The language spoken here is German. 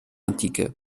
antike